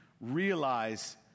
realize